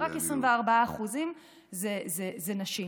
רק 24% זה נשים.